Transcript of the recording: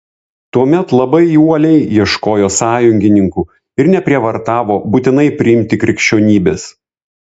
tuomet labai uoliai ieškojo sąjungininkų ir neprievartavo būtinai priimti krikščionybės